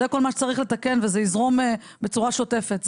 זה כל מה שצריך לתקן וזה יזרום בצורה שוטפת.